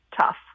tough